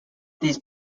these